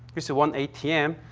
usually one atm,